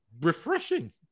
refreshing